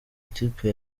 ikipe